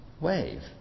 wave